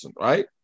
right